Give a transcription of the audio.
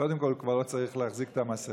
קודם כול הוא כבר לא צריך להחזיק את המסכה,